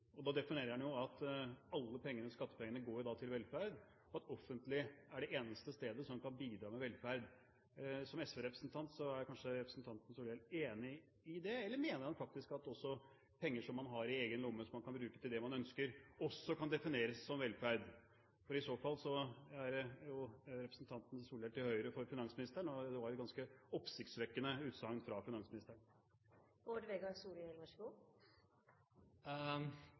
Da definerer han at alle skattepengene går til velferd, og at det offentlige er de eneste som kan bidra med velferd. Som SV-representant er kanskje representanten Solhjell enig i det. Eller mener han at penger som man har i egen lomme, og som man kan bruke til det man ønsker, også kan defineres som velferd? I så fall er representanten Solhjell til høyre for finansministeren. Det var et ganske oppsiktsvekkende utsagn fra